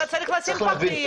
אתה צריך לשים פחים,